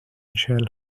shall